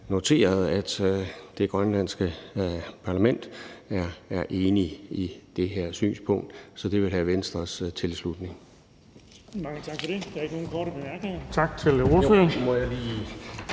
noteret, at det grønlandske parlament er enige i det synspunkt. Så det vil have Venstres tilslutning.